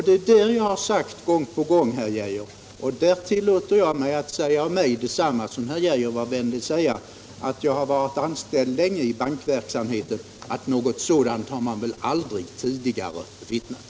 Det har jag sagt gång på gång, herr Geijer. Och för att anknyta till herr Geijers resonemang — då han även var vänlig nog att framhålla att jag har varit anställd länge i bankverksamheten — tillåter jag mig att säga: Något sådant lyft som det regeringen nu föreslår har man väl aldrig tidigare bevittnat.